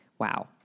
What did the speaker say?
Wow